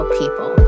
people